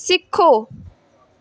ਸਿੱਖੋ